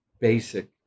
basic